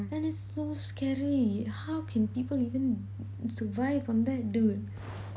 that is so scary how can people even survive வந்த:vantha